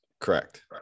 Correct